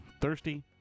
Thirsty